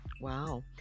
Wow